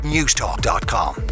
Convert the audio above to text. Newstalk.com